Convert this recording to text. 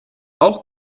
auch